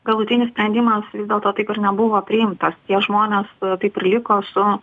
galutinis sprendimas dėl to taip ir nebuvo priimtas tie žmonės e taip ir liko su